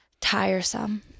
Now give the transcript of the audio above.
tiresome